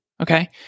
Okay